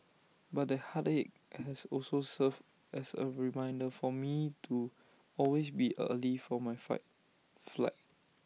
but that heartache has also served as A reminder for me to always be early for my flight